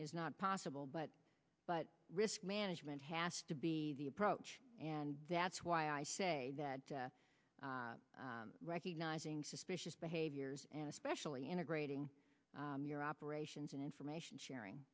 is not possible but but risk management has to be the approach and that's why i say recognizing suspicious behaviors and especially integrating your operations and information sharing